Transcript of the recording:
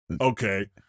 Okay